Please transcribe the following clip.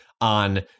on